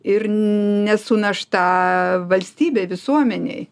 ir nesu našta valstybei visuomenei